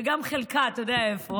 וגם חלקה, אתה יודע איפה.